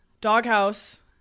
doghouse